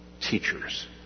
teachers